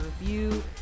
review